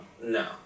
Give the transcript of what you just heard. No